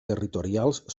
territorials